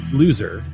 loser